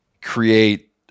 create